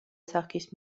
სახის